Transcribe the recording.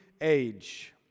age